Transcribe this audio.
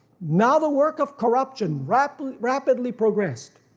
now the work of corruption rapidly rapidly progressed.